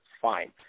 fine